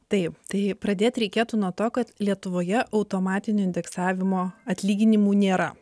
taip tai pradėt reikėtų nuo to kad lietuvoje automatinių indeksavimo atlyginimų nėra